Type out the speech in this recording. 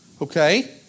Okay